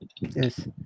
yes